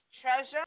treasure